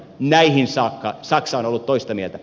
näihin saakka saksa on ollut toista mieltä